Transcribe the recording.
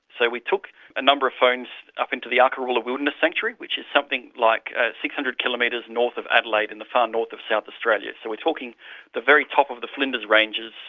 so we took a number of phones up into the arkaroola wilderness sanctuary which is something like ah six hundred kilometres north of adelaide in the far north of south australia. so we're talking the very top of the flinders ranges,